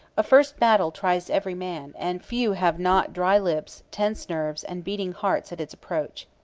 a first battle tries every man, and few have not dry lips, tense nerves, and beating hearts at its approach.